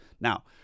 Now